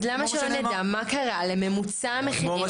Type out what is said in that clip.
אז למה שלא נדע מה קרה לממוצע המחירים של הפרמיות?